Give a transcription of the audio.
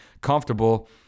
comfortable